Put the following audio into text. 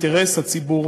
ברוך בואך לירושלים.